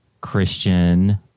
christian